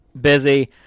busy